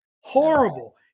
Horrible